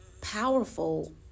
powerful